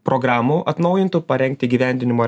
programų atnaujintų parengti įgyvendinimo